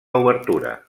obertura